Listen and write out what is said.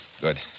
Good